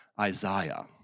Isaiah